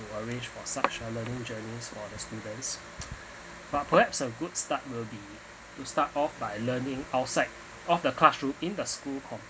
to arrange for such a learning journeys for the students but perhaps a good start will be to start off by learning outside of the classroom in the school